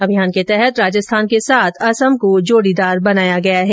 अभियान के तहत राजस्थान के साथ असम को जोडीदार बनाया गया है